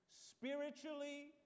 Spiritually